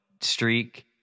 streak